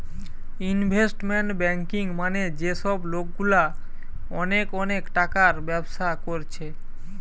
investment banking মানে যে সব লোকগুলা অনেক অনেক টাকার ব্যবসা কোরছে